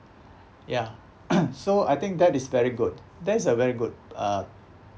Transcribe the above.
ya so I think that is very good that is a very good uh